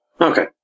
Okay